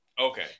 Okay